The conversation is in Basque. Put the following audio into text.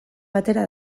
batera